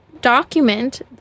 document